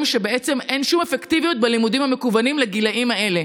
שבעצם אין שום אפקטיביות בלימודים המקוונים לגילים האלה.